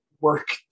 work